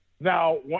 Now